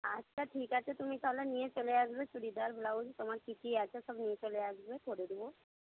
আচ্ছা ঠিক আছে তুমি তাহলে নিয়ে চলে আসবে চুড়িদার ব্লাউজ তোমার কী কী আছে সব নিয়ে চলে আসবে করে দেবো